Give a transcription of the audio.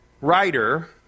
writer